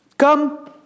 come